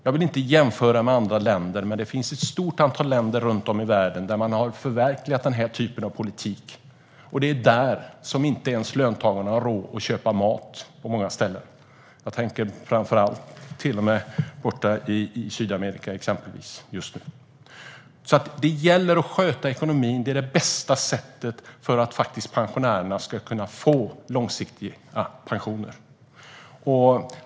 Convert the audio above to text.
Jag vill inte jämföra med andra länder, men det finns ett stort antal länder runt om i världen som har förverkligat den här typen av politik. Där har löntagarna inte ens råd att köpa mat just nu - jag tänker framför allt på Sydamerika. Det gäller att sköta ekonomin. Det är det bästa sättet för pensionärerna att få långsiktiga pensioner.